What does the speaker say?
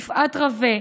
יפעת רווה,